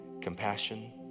compassion